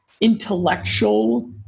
intellectual